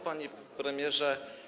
Panie Premierze!